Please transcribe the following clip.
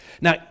Now